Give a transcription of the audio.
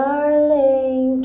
Darling